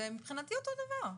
זה מבחינתי אותו דבר.